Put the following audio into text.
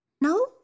No